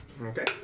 Okay